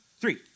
three